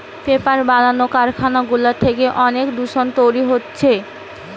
paper বানানো কারখানা গুলা থেকে অনেক দূষণ তৈরী হতিছে